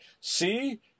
see